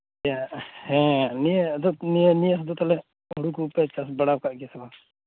ᱤᱭᱟᱹ ᱦᱮᱸ ᱱᱤᱭᱟᱹ ᱟᱫᱚ ᱱᱤᱭᱟᱹ ᱱᱤᱭᱟᱹ ᱫᱚ ᱛᱟᱦᱞᱮ ᱦᱳᱲᱳ ᱠᱚᱯᱮ ᱪᱟᱥ ᱵᱟᱲᱟᱣ ᱠᱟᱫ ᱜᱮᱭᱟ ᱥᱮ ᱵᱟᱝ